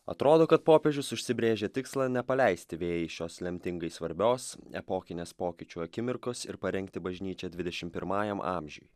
atrodo kad popiežius užsibrėžė tikslą nepaleisti vėjais šios lemtingai svarbios epokinės pokyčių akimirkos ir parengti bažnyčią dvidešim pirmajam amžiui